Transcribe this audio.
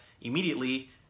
immediately